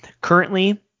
Currently